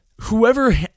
whoever